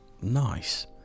Nice